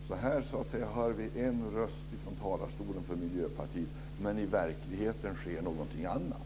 Så här hör vi en röst från talarstolen för Miljöpartiet, men i verkligheten sker någonting annat.